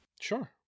Sure